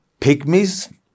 pygmies